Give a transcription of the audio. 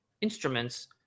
instruments